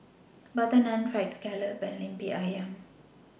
Butter Naan Fried Scallop and Lemper Ayam